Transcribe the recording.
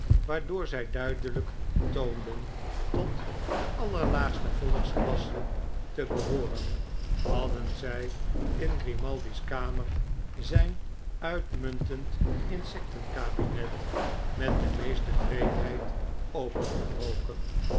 waardoor zij duidelijk toonden tot de allerlaagste volksklasse te behooren hadden zij in grrimaldi's kamer zijn uitmuntend insecten kabinet met de meeste wreedheid opengebroken